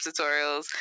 tutorials